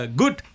good